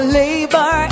labor